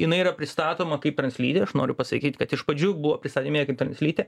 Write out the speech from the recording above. jinai yra pristatoma kaip translytė aš noriu pasakyt kad iš pradžių buvo pristatinėjama kaip translytė